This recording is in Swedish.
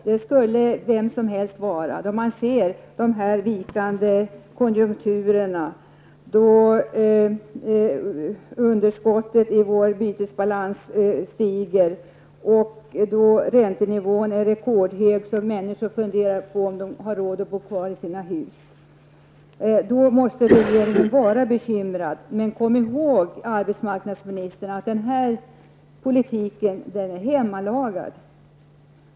Det skulle vem som helst vara då man ser de vikande konjunkturerna, då underskottet i vår bytesbalans stiger och då räntenivån är rekordhög, så att människor funderar på om de har råd att bo kvar i sina hus. Då måste regeringen vara bekymrad. Men kom ihåg, arbetsmarknadsministern, att denna politik är hemlagad.